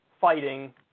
fighting